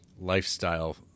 lifestyle